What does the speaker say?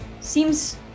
seems